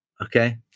Okay